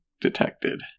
detected